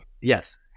Yes